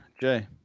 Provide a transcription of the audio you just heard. Jay